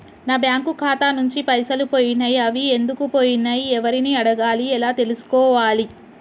నా బ్యాంకు ఖాతా నుంచి పైసలు పోయినయ్ అవి ఎందుకు పోయినయ్ ఎవరిని అడగాలి ఎలా తెలుసుకోవాలి?